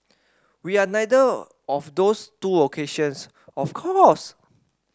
we are neither of those two locations of course